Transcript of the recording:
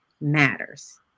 matters